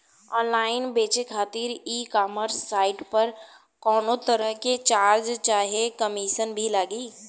Online बेचे खातिर e commerce site पर कौनोतरह के चार्ज चाहे कमीशन भी लागी?